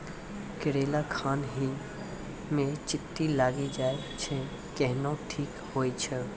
करेला खान ही मे चित्ती लागी जाए छै केहनो ठीक हो छ?